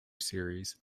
series